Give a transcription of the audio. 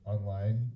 online